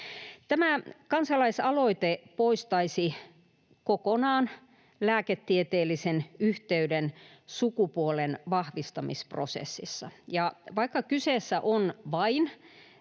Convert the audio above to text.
Tämä kansalaisaloite poistaisi kokonaan lääketieteellisen yhteyden sukupuolen vahvistamisprosessissa. Ja vaikka kyseessä on vain